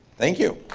thank you.